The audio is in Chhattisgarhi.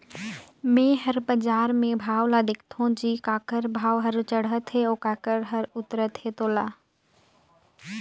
मे हर बाजार मे भाव ल देखथों जी काखर भाव हर चड़हत हे अउ काखर हर उतरत हे तोला